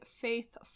Faith